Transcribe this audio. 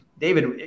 David